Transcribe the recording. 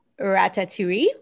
Ratatouille